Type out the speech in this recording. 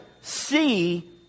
see